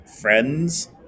friends